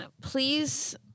please